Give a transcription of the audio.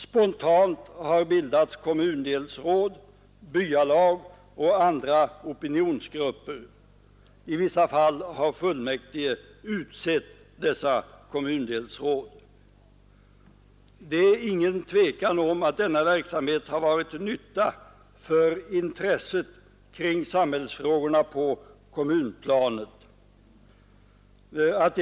Spontant har bildats kommundelsråd, byalag och andra opinionsgrupper. I vissa fall har fullmäktige utsett dessa kommundelsråd. Det är inget tvivel om att verksamheten varit till nytta för intresset kring samhällsfrågorna på kommunplanet.